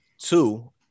Two